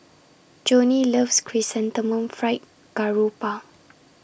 Joni loves Chrysanthemum Fried Garoupa